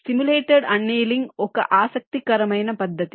simulated annealing ఒక ఆసక్తికరమైన పద్ధతి